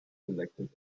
selected